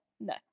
No